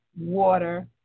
water